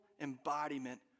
embodiment